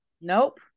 Nope